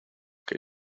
que